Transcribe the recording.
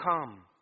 come